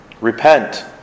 repent